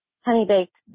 honey-baked